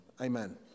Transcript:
amen